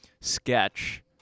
sketch